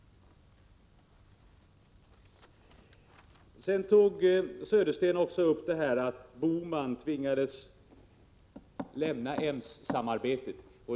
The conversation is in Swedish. Bo Södersten pekade också på att Gösta Bohman tvingades lämna EMS-samarbetet.